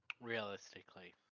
realistically